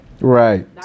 right